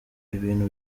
ibintu